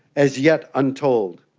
as yet untold.